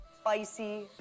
spicy